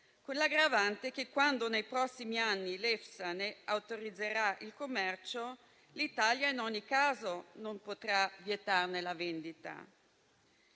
l'aggravante che quando nei prossimi anni l'EFSA ne autorizzerà il commercio l'Italia in ogni caso non potrà vietarne la vendita.